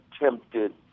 attempted